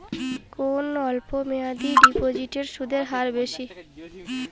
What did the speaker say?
কোন অল্প মেয়াদি ডিপোজিটের সুদের হার বেশি?